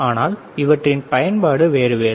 ஆனால் இவற்றின் பயன்பாடு வேறு வேறு